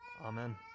Amen